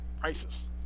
prices